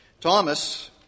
Thomas